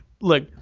Look